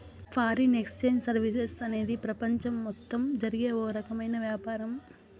foreign exchange services అనేది ప్రపంచం మొత్తం జరిగే ఓ రకమైన వ్యాపారం